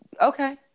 okay